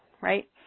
right